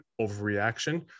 overreaction